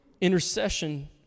intercession